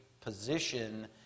position